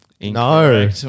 No